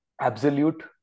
absolute